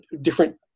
different